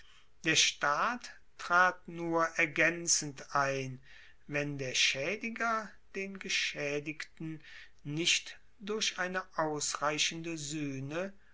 der staat trat nur ergaenzend ein wenn der schaediger den geschaedigten nicht durch eine ausreichende suehne